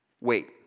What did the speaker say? Wait